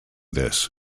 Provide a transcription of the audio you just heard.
this